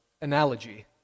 analogy